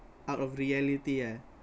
out of reality ah